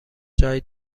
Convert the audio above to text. جای